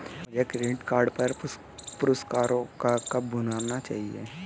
मुझे credit card पर पुरस्कारों को कब भुनाना चाहिए?